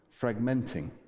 Fragmenting